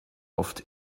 oft